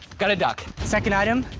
got a duck. second item,